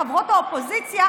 חברות האופוזיציה,